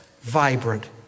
vibrant